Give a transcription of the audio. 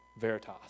veritas